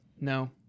No